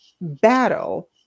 battle